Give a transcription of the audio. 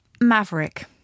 Maverick